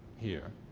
here.